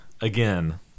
again